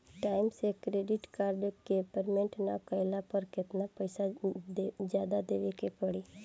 Time से credit card के payment ना कैला पर केतना पईसा जादे देवे के पड़ी?